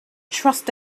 trust